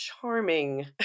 charming